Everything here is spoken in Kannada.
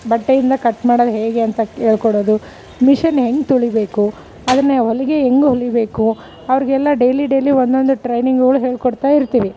ಬಟ್ಟೆಯಿಂದ ಕಟ್ ಮಾಡೋದ್ ಹೇಗೆ ಅಂತ ಹೇಳ್ಕೊಡೋದು ಮಿಷನ್ ಹೆಂಗೆ ತುಳಿಬೇಕು ಅದನ್ನೇ ಹೊಲಿಗೆ ಹೆಂಗೆ ಹೊಲಿಬೇಕು ಅವರಿಗೆಲ್ಲ ಡೇಲಿ ಡೇಲಿ ಒಂದೊಂದು ಟ್ರೈನಿಂಗಳ್ ಹೇಳ್ಕೊಡ್ತ ಇರ್ತೀವಿ